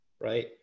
right